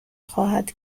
خواهد